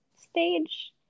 stage